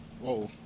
Whoa